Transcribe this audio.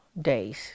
days